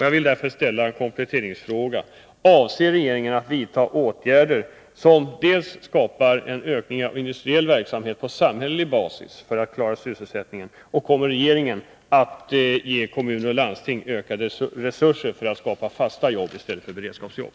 Jag vill därför ställa två kompletteringsfrågor: Avser regeringen att vidta åtgärder som skapar en ökning av industriell verksamhet på samhällelig basis för att klara sysselsättningen? Kommer regeringen att ge kommuner och landsting ökade resurser för att skapa fasta jobb i stället för beredskapsjobb?